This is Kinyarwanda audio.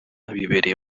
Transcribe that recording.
bibereye